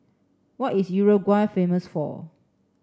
what is Uruguay famous for